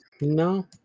No